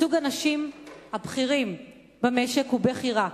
ייצוג הנשים בתפקידים הבכירים במשק הוא בכי רע.